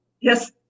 Yes